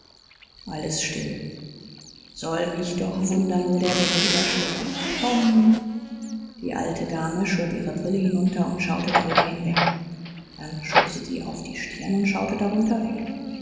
alles still soll mich doch wundern wo der bengel wieder steckt tom die alte dame schob ihre brille hinunter und schaute darüber hinweg dann schob sie sie auf die stirn und schaute darunter weg